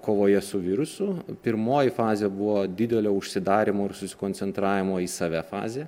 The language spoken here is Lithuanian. kovoje su virusu pirmoji fazė buvo didelio užsidarymo ir susikoncentravimo į save fazė